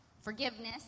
Forgiveness